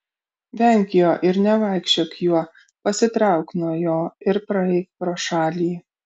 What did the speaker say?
venk jo ir nevaikščiok juo pasitrauk nuo jo ir praeik pro šalį